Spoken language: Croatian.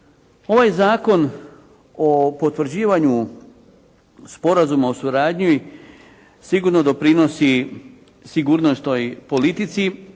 Ovaj Zakon o potvrđivanju sporazuma o suradnji sigurno doprinosi sigurnosnoj politici,